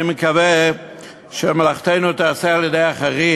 אני מקווה שמלאכתנו תיעשה על-ידי אחרים.